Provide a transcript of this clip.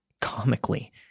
comically